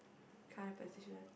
kind of position